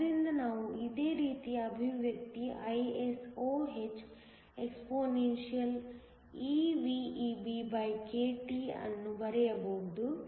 ಆದ್ದರಿಂದ ನಾವು ಇದೇ ರೀತಿಯ ಅಭಿವ್ಯಕ್ತಿ ISOhexpeVEBkT ಅನ್ನು ಬರೆಯಬಹುದು